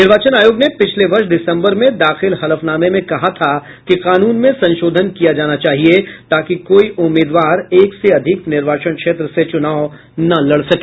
निर्वाचन आयोग ने पिछले वर्ष दिसम्बर में दाखिल हलफनामे में कहा था कि कानून में संशोधन किया जाना चाहिये ताकि कोई उम्मीदवार एक से अधिक निर्वाचन क्षेत्र से चूनाव न लड़ सके